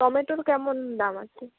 টমেটোর কেমন দাম আছে